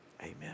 amen